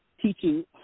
teaching